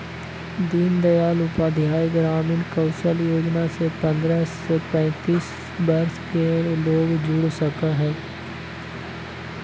दीन दयाल उपाध्याय ग्रामीण कौशल योजना से पंद्रह से पैतींस वर्ष के लोग जुड़ सका हई